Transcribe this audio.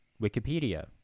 Wikipedia